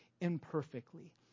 imperfectly